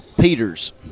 Peters